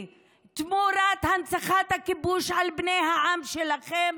תמורת הנצחת הכיבוש על בני העם שלכם?